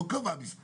היא לא קבעה מספרים,